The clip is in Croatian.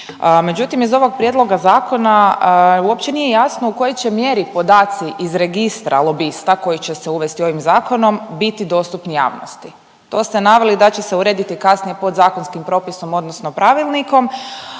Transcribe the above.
Međutim iz ovog prijedloga zakona uopće nije jasno u kojoj će mjeri podaci iz registra lobista koji će se uvesti ovim zakonom, biti dostupni javnosti. To ste naveli da će se urediti kasnije podzakonskim propisom odnosno pravilnikom.